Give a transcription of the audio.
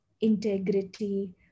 integrity